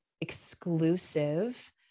exclusive